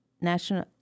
national